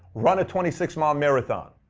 run a twenty six mile marathon.